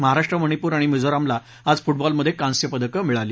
महाराष्ट्र मणिपूर आणि मिझोरामला आज फुटबॉलमध्ये कांस्यपदकं मिळाली